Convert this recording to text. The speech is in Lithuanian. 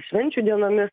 švenčių dienomis